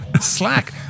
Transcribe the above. slack